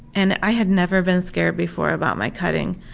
and i had never been scared before about my cutting,